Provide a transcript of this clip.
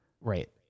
Right